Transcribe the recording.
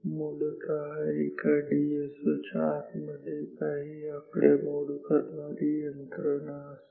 मूलतः एका D S O च्या आत मध्ये आकडेमोड करणारी यंत्रणा असते